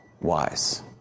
wise